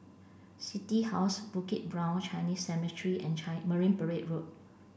City House Bukit Brown Chinese Cemetery and Marine Parade Road